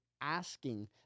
asking